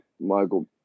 Michael